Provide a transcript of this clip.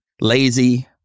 Lazy